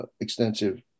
extensive